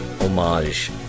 homage